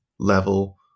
level